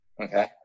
Okay